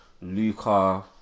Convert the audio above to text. Luca